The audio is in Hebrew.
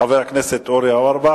חבר הכנסת אורי אורבך,